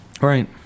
right